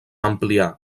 amplià